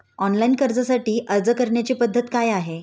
Online कर्जासाठी अर्ज करण्याची पद्धत काय आहे?